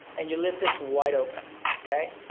and you leave this wide open, okay?